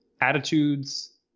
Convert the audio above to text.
attitudes